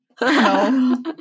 No